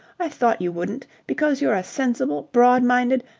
i thought you wouldn't, because you're a sensible, broad-minded.